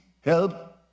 help